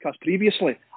previously